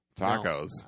tacos